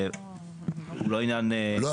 לא אתה.